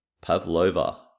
Pavlova